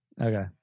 Okay